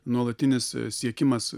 nuolatinis siekimas